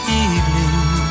evening